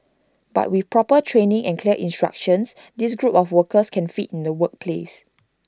but with proper training and clear instructions this group of workers can fit in the workplace